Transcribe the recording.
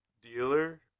dealer